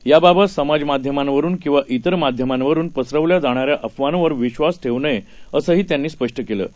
याबाबत समाजमाध्यमांवरून किंवा ित्र माध्यमांवरून पसरवल्या जाणाऱ्या अफवांवर विश्वास ठेवू नये असंही त्यांना म्हटलं आहे